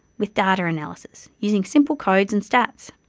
with data analysis, using simple codes and stats.